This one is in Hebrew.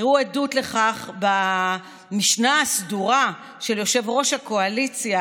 תראו עדות לכך במשנה הסדורה של יושב-ראש הקואליציה,